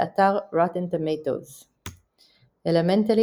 באתר Rotten Tomatoes "אלמנטלי",